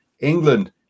England